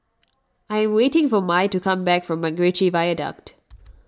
I am waiting for Mai to come back from MacRitchie Viaduct